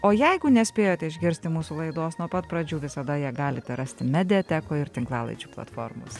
o jeigu nespėjote išgirsti mūsų laidos nuo pat pradžių visada ją galite rasti mediatekoj ir tinklalaidžių platformose